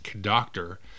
doctor